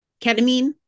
Ketamine